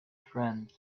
friends